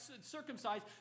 circumcised